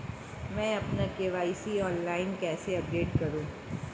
मैं अपना KYC online कैसे अपडेट करूँ?